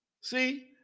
See